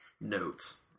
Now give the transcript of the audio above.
notes